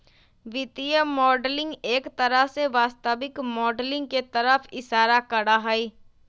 वित्तीय मॉडलिंग एक तरह से वास्तविक माडलिंग के तरफ इशारा करा हई